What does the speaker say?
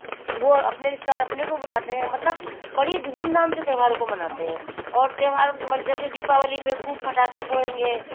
वे अपने रिश्तेदार अपने को बुलाते हैं मतलब धूम धाम से त्योहारों को मानते है और त्योहार मन जैसे दीपावली पर खूब पटाखे फोड़ेंगे